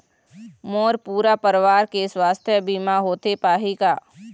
मोर पूरा परवार के सुवास्थ बीमा होथे पाही का?